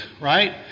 right